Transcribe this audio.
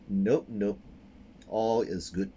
nope nope all is good